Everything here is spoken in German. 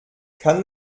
kann